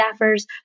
staffers